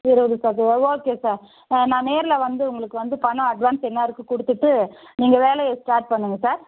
ஒரு ஒரு சதுர ஓகே சார் நான் நேரில் வந்து உங்களுக்கு வந்து பணம் அட்வான்ஸ் என்ன இருக்குது கொடுத்துட்டு நீங்கள் வேலையை ஸ்டார்ட் பண்ணுங்கள் சார்